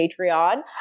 Patreon